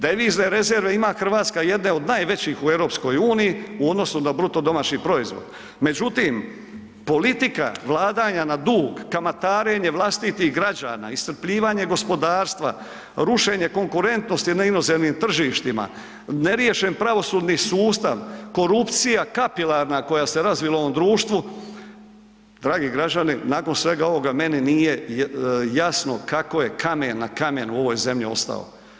Devizne rezerve ima Hrvatska jedne od najvećih u EU u odnosu na BDP, međutim politika vladanja na dug, kamataranje vlastitih građana, iscrpljivanje gospodarstva, rušenje konkurentnosti na inozemnim tržištima, neriješen pravosudni sustav, korupcija kapilarna koja se razvila u ovom društvu, dragi građani nakon svega ovoga meni nije jasno kako je kamen na kamenu u ovoj zemlji ostao.